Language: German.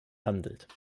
handelt